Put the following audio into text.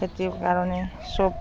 খেতিৰ কাৰণে চব